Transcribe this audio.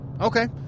Okay